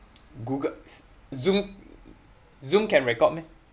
google zoom zoom can record meh